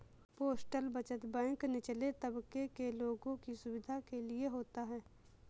postal बचत bank निचले तबके के लोगों की सुविधा के लिए होता है